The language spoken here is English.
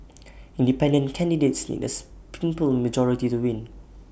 independent candidates need A simple majority to win